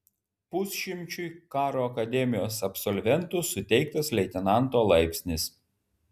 pusšimčiui karo akademijos absolventų suteiktas leitenanto laipsnis